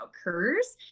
occurs